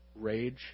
rage